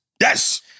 Yes